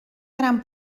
gran